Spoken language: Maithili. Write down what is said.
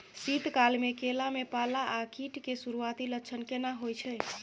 शीत काल में केला में पाला आ कीट के सुरूआती लक्षण केना हौय छै?